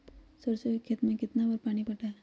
सरसों के खेत मे कितना बार पानी पटाये?